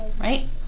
right